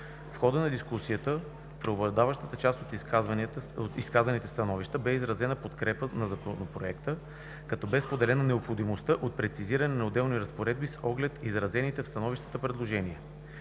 В хода на дискусията в преобладаващата част от изказаните становища бе изразена подкрепа на Законопроекта, като бе споделена необходимостта от прецизиране на отделни разпоредби с оглед изразените в становищата предложения.